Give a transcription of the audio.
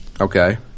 Okay